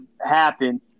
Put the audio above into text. happen